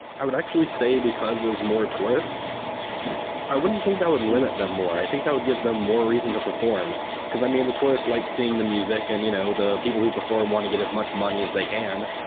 i would actually say because of more tourists i wouldn't think that would limit them more. i think that would give them more reason to perform because i mean the tourists like seeing the music and you know the people who perform want to get as much money as they can.